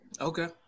okay